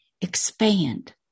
expand